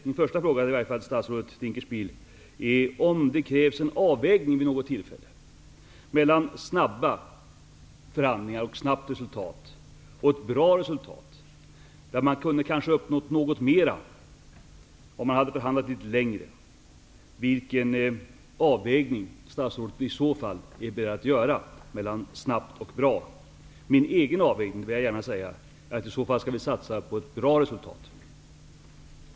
Min första fråga till statsrådet Dinkelspiel är om det vid något tillfälle krävs en avvägning mellan snabba förhandlingar och snabbt resultat och ett bra resultat, där man kanske kunde ha uppnått något mera om man hade förhandlat litet längre. Vilken avvägning är statsrådet i så fall beredd att göra mellan snabbt och bra? Min egen avvägning är att vi i så fall skall satsa på ett bra resultat.